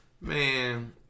Man